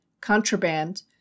contraband